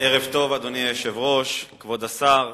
אדוני היושב-ראש, כבוד השר,